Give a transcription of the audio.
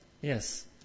Yes